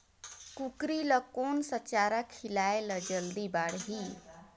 कूकरी ल कोन सा चारा खिलाय ल जल्दी बाड़ही?